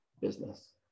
business